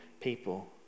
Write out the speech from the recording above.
people